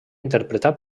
interpretà